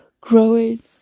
growing